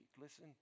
Listen